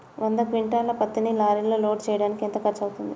వంద క్వింటాళ్ల పత్తిని లారీలో లోడ్ చేయడానికి ఎంత ఖర్చవుతుంది?